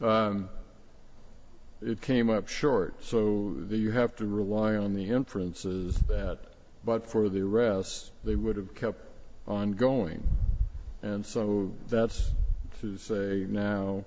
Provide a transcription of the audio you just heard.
it came up short so you have to rely on the inferences that but for the rest they would have kept on going and so that's to say now